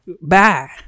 Bye